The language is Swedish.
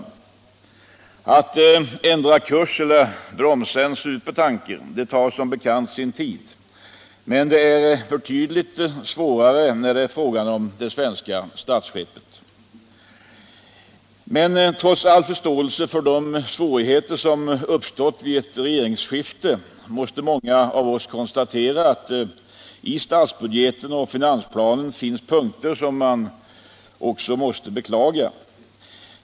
Att ändra kurs eller bromsa en supertanker tar som bekant sin tid, men manövreringen blir ännu mycket svårare när det är fråga om det svenska statsskeppet. Trots all förståelse för de svårigheter som uppstått vid regeringsskiftet måste många av oss konstatera att det i statsbudgeten och finansplanen finns punkter som vi måste beklaga.